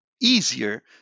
easier